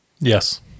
Yes